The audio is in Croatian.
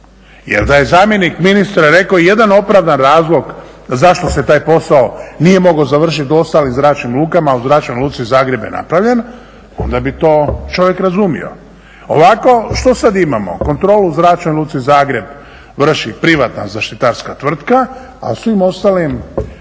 Jer da je zamjenik ministra rekao jedan opravdan razlog zašto se taj posao nije mogao završiti u ostalim zračnim lukama a u zračnoj luci Zagreb je napravljen onda bi to čovjek razumio. Ovako što sada imamo? Kontrolu u zračnoj luci Zagreb vrši privatna zaštitarska tvrtka a u svim ostalim